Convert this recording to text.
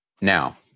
Now